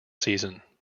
season